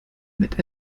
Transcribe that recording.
mit